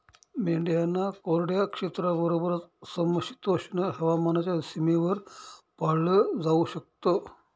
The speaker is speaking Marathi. मेंढ्यांना कोरड्या क्षेत्राबरोबरच, समशीतोष्ण हवामानाच्या सीमेवर पाळलं जाऊ शकत